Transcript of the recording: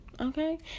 okay